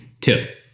Two